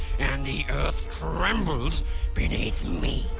and the earth trembles beneath me.